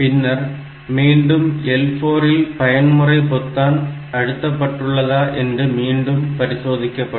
பின்னர் மீண்டும் L4 இல் பயன்முறை பொத்தான் அழுத்த பட்டுள்ளதா என்று மீண்டும் பரிசோதிக்கப்படும்